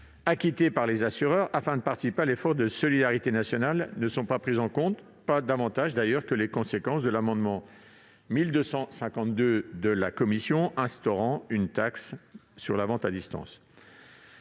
acquittée par les assureurs visant à ce que ceux-ci participent à l'effort de solidarité nationale, ne sont pas prises en compte, pas davantage d'ailleurs que les conséquences de l'amendement n° I-1252 de la commission instaurant une taxe sur la vente à distance.